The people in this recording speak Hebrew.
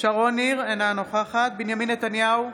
אינה נוכחת בנימין נתניהו,